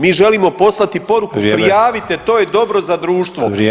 Mi želimo poslati poruku prijavite [[Upadica Sanader: Vrijeme.]] to je dobro za društvo.